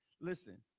listen